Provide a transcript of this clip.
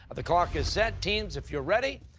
the clock is set. teams, if you're ready,